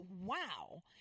wow